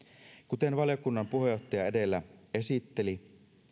kuten valiokunnan puheenjohtaja edellä esitteli